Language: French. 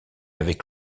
avec